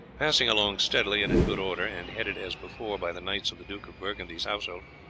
passing along steadily and in good order, and headed as before by the knights of the duke of burgundy's household,